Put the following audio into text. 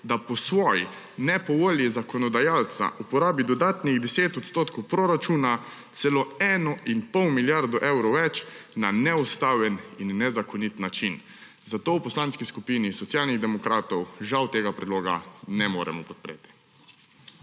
da po svoji, ne po volji zakonodajalca, uporabi dodatnih 10 odstotkov proračuna, celo eno in pol milijardo evrov več, na neustaven in nezakonit način. Zato v Poslanski skupini Socialnih demokratov žal tega predloga ne moremo podpreti.